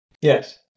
Yes